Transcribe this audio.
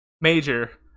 major